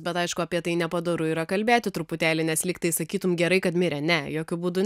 bet aišku apie tai nepadoru yra kalbėti truputėlį nes lyg tai sakytum gerai kad mirė ne jokiu būdu